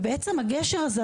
ובעצם הגשר הזה,